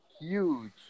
huge